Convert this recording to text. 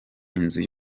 inzu